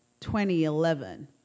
2011